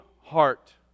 heart